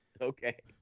Okay